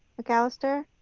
mcallister,